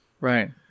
right